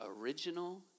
original